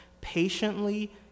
patiently